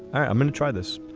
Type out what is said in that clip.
i'm going to try this.